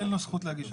אין לו זכות להגיש ערר.